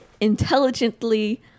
intelligently